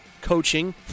coaching